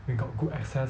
we got good access